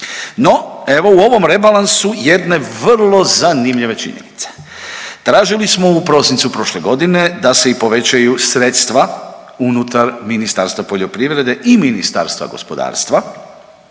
No evo u ovom rebalansu jedne vrlo zanimljive činjenice, tražili smo u prosincu prošle godine da se i povećaju sredstva unutar Ministarstva poljoprivrede i Ministarstva gospodarstva